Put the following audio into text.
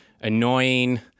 annoying